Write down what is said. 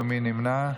מי נמנע?